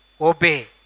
obey